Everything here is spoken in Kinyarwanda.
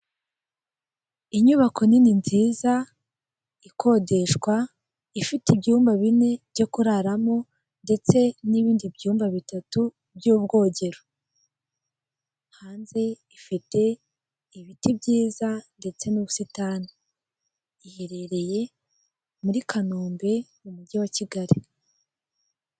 Inyubako nini nziza ikodeshwa, ifite ibyumba bine byo kuraramo, ndetse n'ibindi byumba bitatu by'ubwogero hanze ifite ibiti byiza, ndetse n'ubusitani iherereye muri kanombe mu mujyi wa kigali.